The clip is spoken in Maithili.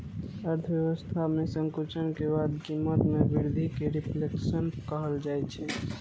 अर्थव्यवस्था मे संकुचन के बाद कीमत मे वृद्धि कें रिफ्लेशन कहल जाइ छै